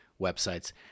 websites